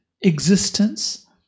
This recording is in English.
existence